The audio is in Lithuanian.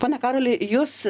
pone karoli jus